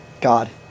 God